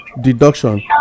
deduction